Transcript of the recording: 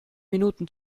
minuten